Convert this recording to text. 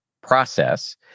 process